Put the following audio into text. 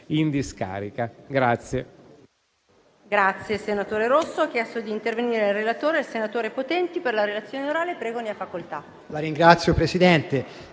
in discarica.